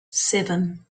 seven